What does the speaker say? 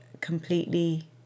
completely